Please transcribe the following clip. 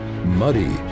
Muddy